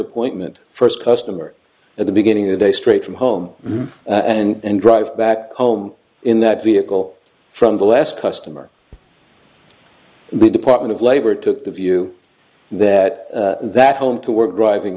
appointment first customer at the beginning of the day straight from home and drive back home in that vehicle from the last customer the department of labor took the view that that home to work driving